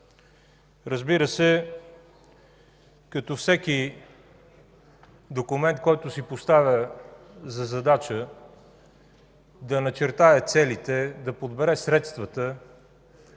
Разбира се, като всеки документ, който си поставя за задача да начертае целите, да подбере средствата